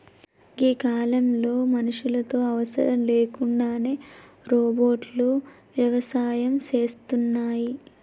గీ కాలంలో మనుషులతో అవసరం లేకుండానే రోబోట్లు వ్యవసాయం సేస్తున్నాయి